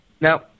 Now